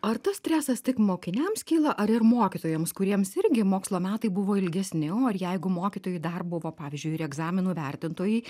ar tas stresas tik mokiniams kyla ar ir mokytojams kuriems irgi mokslo metai buvo ilgesni o ir jeigu mokytojai dar buvo pavyzdžiui ir egzaminų vertintojai